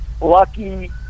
lucky